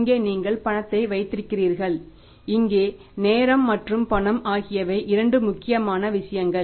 இங்கே நீங்கள் பணத்தை வைத்திருக்கிறீர்கள் இங்கே நேரம் மற்றும் பணம் ஆகியவை 2 முக்கியமான விஷயங்கள்